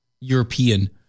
European